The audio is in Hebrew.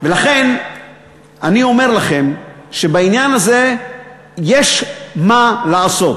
ולכן אני אומר לכם שבעניין הזה יש מה לעשות.